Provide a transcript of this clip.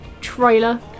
trailer